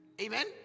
Amen